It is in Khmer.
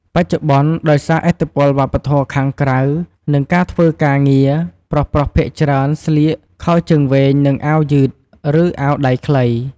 បច្ចុប្បន្ន ដោយសារឥទ្ធិពលវប្បធម៌ខាងក្រៅ និងការធ្វើការងារ ប្រុសៗភាគច្រើនស្លៀក ខោជើងវែង និង អាវយឺត ឬ អាវដៃខ្លី។